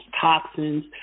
toxins